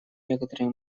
некоторые